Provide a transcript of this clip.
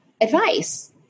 advice